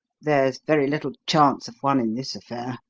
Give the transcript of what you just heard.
there's very little chance of one in this affair.